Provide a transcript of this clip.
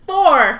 Four